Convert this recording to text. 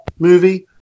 movie